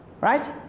right